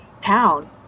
town